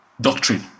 doctrine